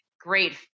Great